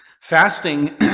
Fasting